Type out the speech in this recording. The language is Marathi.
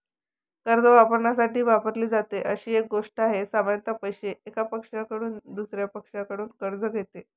कर्ज वापरण्यासाठी वापरली जाते अशी एक गोष्ट आहे, सामान्यत पैसे, एका पक्षाकडून दुसर्या पक्षाकडून कर्ज घेते